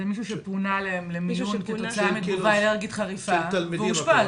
זה מישהו שפונה למיון כתוצאה מתגובה אלרגית חריפה והוא אושפז.